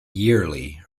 yearly